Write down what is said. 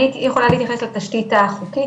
אני יכולה להתייחס לתשתית החוקית,